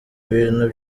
ibintu